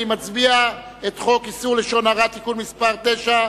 אני מצביע את הצעת חוק איסור לשון הרע (תיקון מס' 9)